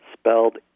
spelled